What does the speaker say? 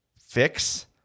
fix